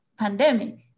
pandemic